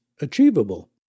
achievable